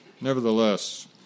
nevertheless